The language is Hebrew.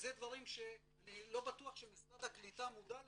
וזה דברים שאני לא בטוח שמשרד הקליטה מודע להם,